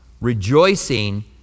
Rejoicing